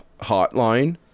hotline